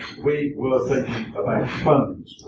we were thinking about funds.